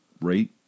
rate